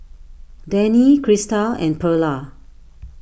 Danny Krysta and Perla